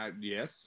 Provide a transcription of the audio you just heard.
Yes